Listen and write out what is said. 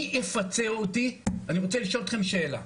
אני רוצה לשאול אתכם שאלה: